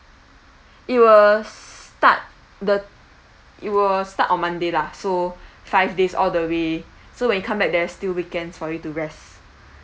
it will start the it will start on monday lah so five days all the way so when you come back there's still weekends for you to rest